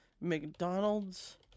McDonald's